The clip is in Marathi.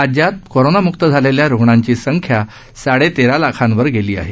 राज्यात कोरोनामुक्त झालेल्या रुग्णांची संख्या साडे तेरा लाखावर गेली आहे